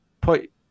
put